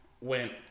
went